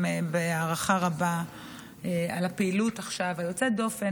עכשיו בהערכה רבה על הפעילות היוצאת-דופן